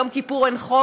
ליום כיפור אין חוק,